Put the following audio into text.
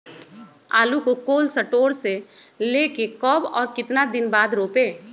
आलु को cold store से ले के कब और कितना दिन बाद रोपे?